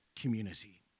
community